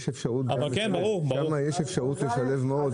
יש אפשרות לשלב מאוד.